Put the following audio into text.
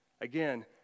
again